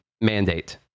mandate